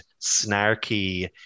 snarky